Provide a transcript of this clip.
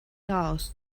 garaus